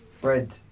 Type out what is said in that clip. Bread